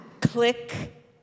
Click